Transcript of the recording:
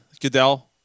goodell